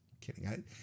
kidding